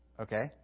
okay